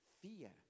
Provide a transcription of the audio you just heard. fear